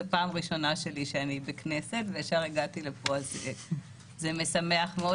זו פעם ראשונה שאני בכנסת וזה משמח מאוד.